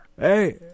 Hey